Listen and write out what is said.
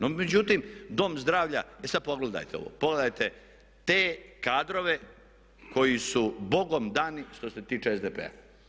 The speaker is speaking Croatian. No međutim, dom zdravlja, e sad pogledajte ovo, pogledajte te kadrove koji su bogom dani što se tiče SDP-a.